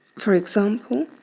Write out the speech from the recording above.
for example,